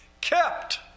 kept